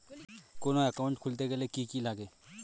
কোন একাউন্ট খুলতে গেলে কি কি লাগে?